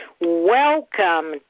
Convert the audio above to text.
welcome